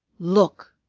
look!